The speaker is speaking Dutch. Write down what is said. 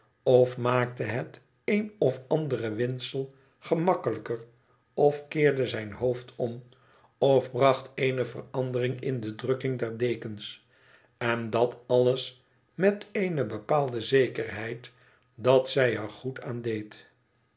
of maakte het een of andere windsel ge makkelijker of keerde zijn hoofd om of bracht eene verandering in de drukking der dekens en dat alles met eene bepaalde zekerheid dat zij er goed aan deed